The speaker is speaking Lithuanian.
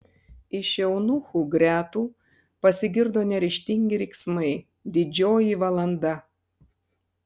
iš eunuchų gretų pasigirdo neryžtingi riksmai didžioji valanda